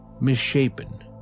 misshapen